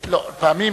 פעמים,